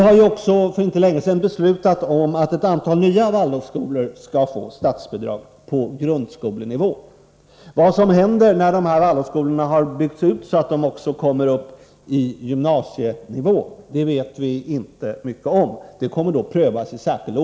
För inte så länge sedan beslutade vi ju att ett antal nya Waldorfskolor skall få statsbidrag för undervisning på grundskolenivå. Vad som händer när Waldorfskolorna byggts ut i sådan utsträckning att de också omfattar utbildning på gymnasienivå vet vi inte mycket om. I särskild ordning görs en prövning i det avseendet.